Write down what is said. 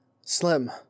Slim